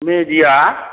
media